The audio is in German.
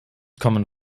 common